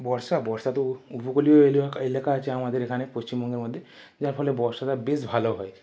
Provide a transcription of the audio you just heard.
বর্ষা বর্ষা তো উপকূলীয় এলাকা এলাকা আছে আমাদের এখানে পশ্চিমবঙ্গের মধ্যে যার ফলে বর্ষাটা বেশ ভালো হয়